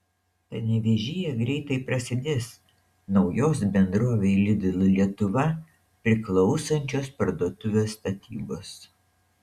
panevėžyje greitai prasidės naujos bendrovei lidl lietuva priklausančios parduotuvės statybos